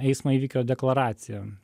eismo įvykio deklaracija